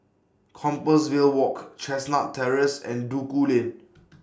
Compassvale Walk Chestnut Terrace and Duku Lane